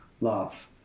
love